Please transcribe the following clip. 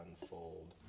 unfold